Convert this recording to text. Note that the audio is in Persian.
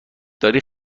داری